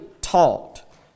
taught